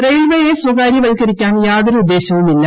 റെയിൽവേയെ സ്വകാര്യവൽക്കരിക്കാൻ യാതൊരു ഉദ്ദേശവുമില്ല